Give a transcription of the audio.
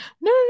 No